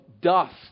dust